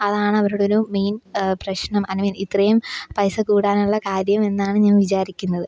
അതാണവരുടെയൊരു main പ്രശ്നം I mean ഇത്രയും പൈസ കൂടാനുള്ള കാര്യം എന്നാണ് ഞാൻ വിചാരിക്കുന്നത്